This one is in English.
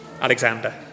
Alexander